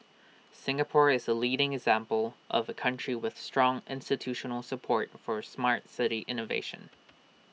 Singapore is A leading example of A country with strong institutional support for Smart City innovation